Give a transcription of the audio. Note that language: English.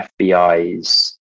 FBI's